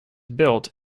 built